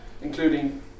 including